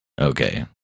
Okay